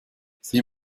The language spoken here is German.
sieh